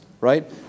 right